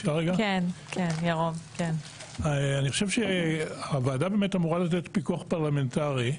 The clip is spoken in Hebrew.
אני חושב שהוועדה באמת אמורה לתת פיקוח פרלמנטרי,